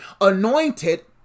anointed